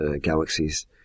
galaxies